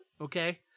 okay